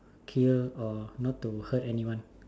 kill or not to hurt anyone